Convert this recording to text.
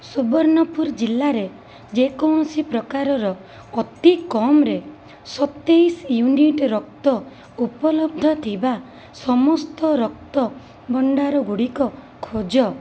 ସୁବର୍ଣ୍ଣପୁର ଜିଲ୍ଲାରେ ଯେ କୌଣସି ପ୍ରକାରର ଅତିକମ୍ରେ ସତେଇଶ ୟୁନିଟ୍ ରକ୍ତ ଉପଲବ୍ଧ ଥିବା ସମସ୍ତ ରକ୍ତ ଭଣ୍ଡାରଗୁଡ଼ିକ ଖୋଜ